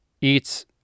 eats